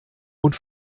und